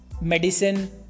medicine